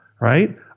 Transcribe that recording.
right